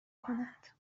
کند